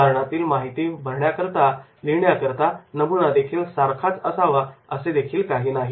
उदाहरणातील माहिती लिहिण्याकरता नमुना देखील सारखा असावा असे काही नाही